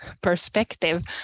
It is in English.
perspective